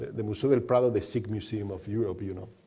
the museo del prado, the sick museum of europe. you know